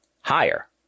higher